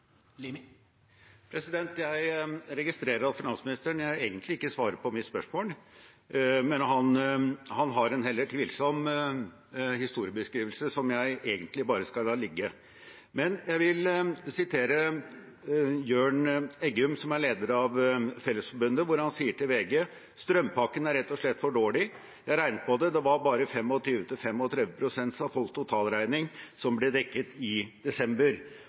Jeg registrerer at finansministeren egentlig ikke svarer på mitt spørsmål, men har en heller tvilsom historiebeskrivelse som jeg egentlig bare skal la ligge. Men jeg vil sitere Jørn Eggum, som er leder av Fellesforbundet. Han sier til VG: «Strømpakken er rett og slett for dårlig. Jeg har regnet på det: Det var bare 25–35 prosent av folks totalregning som ble dekket i desember.»